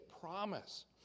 promise